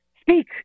speak